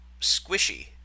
squishy